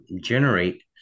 generate